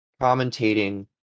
commentating